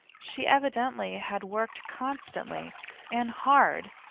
she evidently had worked constantly and hard,